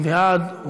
מי בעד?